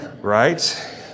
right